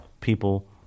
people